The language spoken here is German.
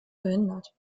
verhindert